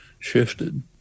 shifted